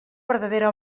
verdadera